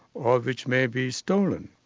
or which may be stolen.